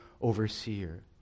overseer